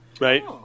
Right